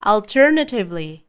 Alternatively